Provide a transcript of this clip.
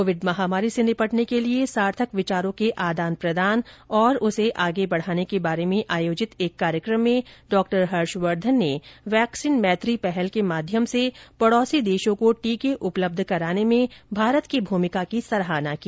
covid महामारी से निपटने के लिए सार्थक विचारों के आदान प्रदान और उसे आगे बढ़ाने के बारे में आयोजित एक कार्यक्रम में डॉक्टर हर्षवर्धन ने वैक्सीन मैत्री पहल के माध्यम से पड़ौसी देशों को टीके उपलब्ध कराने में भारत की भूमिका की सराहना की